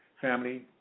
family